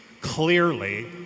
Clearly